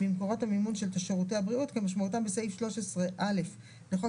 ממקורות המימון של שירותי הבריאות כמשמעותם בסעיף 13(א) לחוק